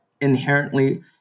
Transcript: inherently